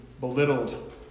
belittled